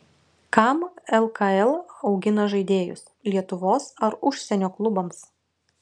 kam lkl augina žaidėjus lietuvos ar užsienio klubams